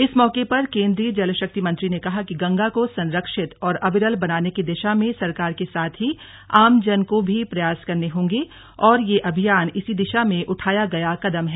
इस मौके पर केंद्रीय जल शक्ति मंत्री ने कहा कि गंगा को संरक्षित और अवरिल बनाने की दिशा में सरकार के साथ ही आमजन को भी प्रयास करने होंगे और ये अभियान इसी दिशा में उठा या गया कदम है